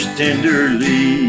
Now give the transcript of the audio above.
tenderly